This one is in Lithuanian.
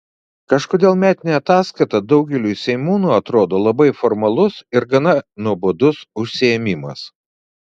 kažkodėl metinė ataskaita daugeliui seimūnų atrodo labai formalus ir gana nuobodus užsiėmimas